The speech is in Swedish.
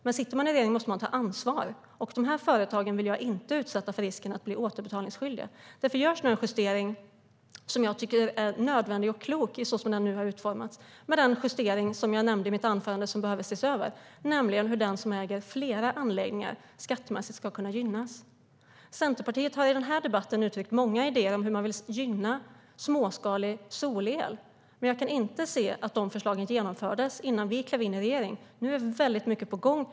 Men sitter man i regeringen måste man ta ansvar, och jag vill inte utsätta dessa företag för risken att bli återbetalningsskyldiga. Därför görs nu en justering som jag tycker är nödvändig och klok som den nu har utformats. Det är den justering som jag nämnde i mitt anförande och som behöver ses över, nämligen hur den som äger flera anläggningar ska kunna gynnas skattemässigt. Centerpartiet har i denna debatt uttryckt många idéer om hur man vill gynna småskalig solel. Men jag kan inte se att dessa förslag genomfördes innan vi klev in i regeringen. Nu är väldigt mycket på gång.